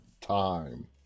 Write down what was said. time